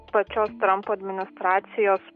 pačios trampo administracijos